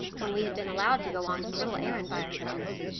when we had been allowed to go on some little errand by ourselves!